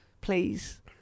Please